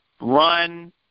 Run